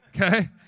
Okay